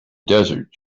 desert